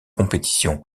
compétition